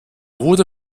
wurde